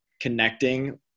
connecting